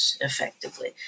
effectively